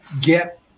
get